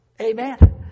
Amen